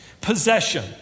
possession